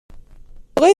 موقع